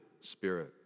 Spirit